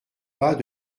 pas